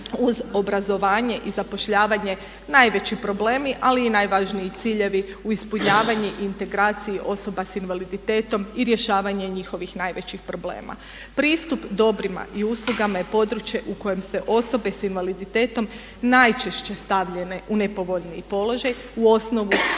uz obrazovanje i zapošljavanje najveći problemi ali i najvažniji ciljevi u ispunjavanju i integraciji osoba s invaliditetom i rješavanje njihovih najvećih problema. Pristup dobrima i uslugama je područje u kojem se osobe s invaliditetom najčešće stavljene u nepovoljniji položaj u osnovu